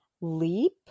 leap